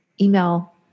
email